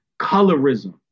colorism